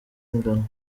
ingano